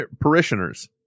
parishioners